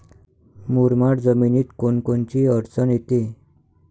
मुरमाड जमीनीत कोनकोनची अडचन येते?